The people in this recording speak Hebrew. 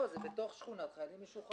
לא, זה בתוך שכונת חיילים משוחררים.